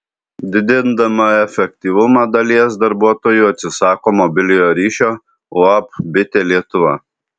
didindama efektyvumą dalies darbuotojų atsisako mobiliojo ryšio uab bitė lietuva